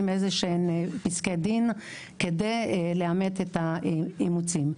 איזשהם פסקי דין כדי לאמת את האימוצים.